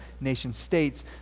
nation-states